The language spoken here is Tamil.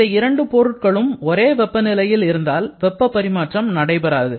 இந்த இரண்டு பொருள்களும் ஒரே வெப்பநிலையில் இருந்தால் வெப்பப் பரிமாற்றம் நடைபெறாது